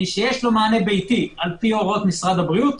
מי שיש לו מענה ביתי לפי הוראות משרד הבריאות,